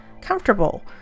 comfortable